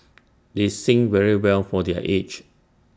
they sing very well for their age